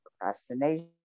Procrastination